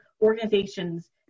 organizations